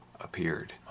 appeared